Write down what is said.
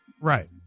Right